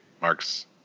Mark's